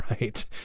right